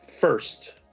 First